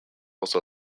also